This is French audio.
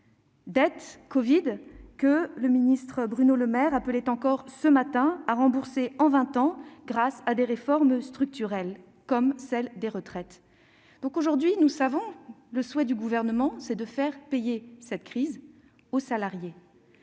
dette « covid » que le ministre Bruno Le Maire appelait encore, ce matin, à rembourser en vingt ans grâce à des réformes structurelles, comme celle des retraites. Nous savons que le souhait du Gouvernement est de faire payer cette crise, demain,